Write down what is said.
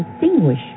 distinguish